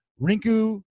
Rinku